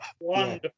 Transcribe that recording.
Wonderful